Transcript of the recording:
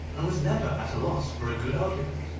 and was never at a loss for a good argument.